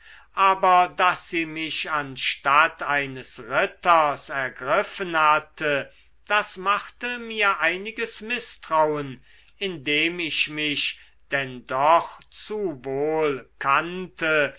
aber daß sie mich anstatt eines ritters ergriffen hatte das machte mir einiges mißtrauen indem ich mich denn doch zu wohl kannte